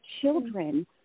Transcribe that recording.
children